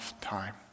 time